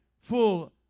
full